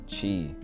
Chi